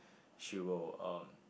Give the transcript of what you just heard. she will um